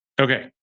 Okay